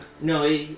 No